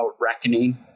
reckoning